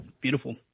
Beautiful